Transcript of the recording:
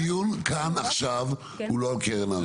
הדיון כאן עכשיו הוא לא על קרן הארנונה.